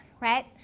right